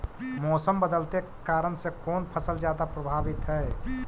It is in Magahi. मोसम बदलते के कारन से कोन फसल ज्यादा प्रभाबीत हय?